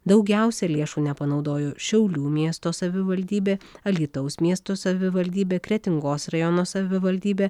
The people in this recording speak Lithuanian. daugiausia lėšų nepanaudojo šiaulių miesto savivaldybė alytaus miesto savivaldybė kretingos rajono savivaldybė